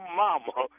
mama